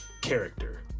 character